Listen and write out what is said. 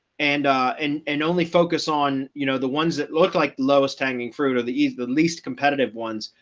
and and and only focus on you know, the ones that look like lowest hanging fruit of the east, the least competitive ones,